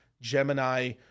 Gemini –